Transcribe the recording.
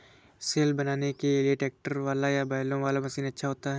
सिल बनाने के लिए ट्रैक्टर वाला या बैलों वाला मशीन अच्छा होता है?